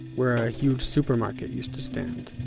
where a huge supermarket used to stand.